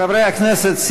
חברי הכנסת,